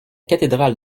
cathédrale